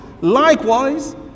likewise